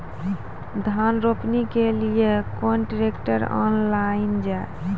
धान रोपनी के लिए केन ट्रैक्टर ऑनलाइन जाए?